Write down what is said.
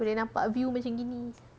boleh nampak view macam gini